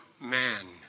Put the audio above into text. man